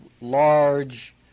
large